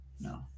no